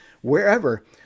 wherever